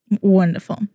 Wonderful